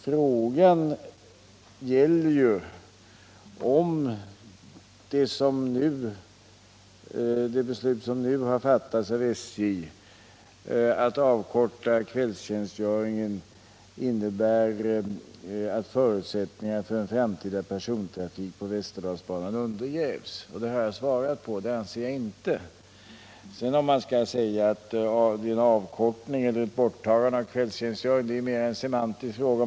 Frågan gällde ju om det beslut som nu har fattats av SJ, att avkorta 87 kvällstjänstgöringen, innebär att förutsättningarna för en framtida persontrafik på Västerdalsbanan undergrävs. Jag har svarat att det anser jag inte. Om man skall säga att det är en avkortning eller ett borttagande av kvällstjänstgöringen är mera en semantisk fråga.